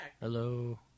Hello